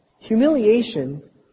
Humiliation